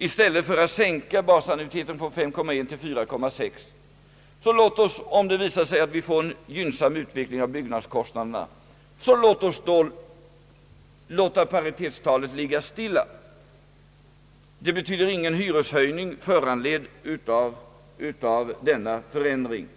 Om det visar sig att vi får en gynnsam utveckling av byggnadskostnaderna så låt oss då i stället för att sänka basannuiteten från 5,1 procent till 4,6 procent låta paritetstalet ligga stilla. Denna förändring medför ingen hyreshöjning,